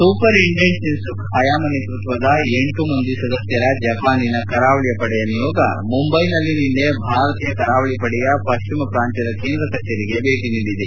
super intend ಶಿನ್ಲುಕ್ ಪಯಾಮ ನೇತೃತ್ವದ ಎಂಟು ಮಂದಿ ಸದಸ್ಯರ ಜಪಾನಿನ ಕರಾವಳಿ ಪಡೆಯ ನಿಯೋಗ ಮುಂಬೈನಲ್ಲಿ ನಿನ್ನೆ ಭಾರತೀಯ ಕರಾವಳಿ ಪಡೆಯ ಪಶ್ಚಿಮ ಪ್ರಾಂತ್ಯದ ಕೇಂದ್ರ ಕಚೇರಿಗೆ ಭೇಟಿ ನೀಡಿದೆ